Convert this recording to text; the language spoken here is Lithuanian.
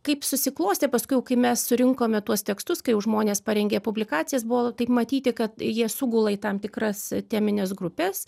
kaip susiklostė paskui jau kai mes surinkome tuos tekstus kai jau žmonės parengė publikacijas buvo taip matyti kad jie sugula į tam tikras temines grupes